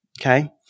Okay